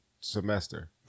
semester